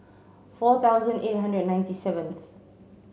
four thousand eight hundred ninety seventh